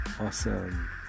Awesome